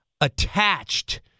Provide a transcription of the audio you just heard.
attached